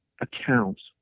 accounts